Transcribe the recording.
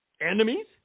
enemies